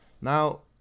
now